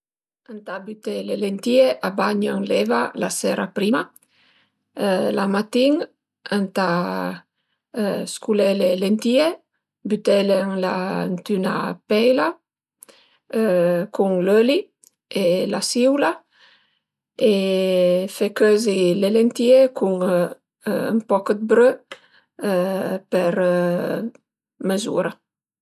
Ëntà büté le lentìe a bagn la sera prima, la matin ëntà sculé le lentìe, bütele ënt üna peila cun l'öli e la sìula e fe cözi le lentìe cun ën poch 'd brö per mez'ura